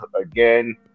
again